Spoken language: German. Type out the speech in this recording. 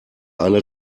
eine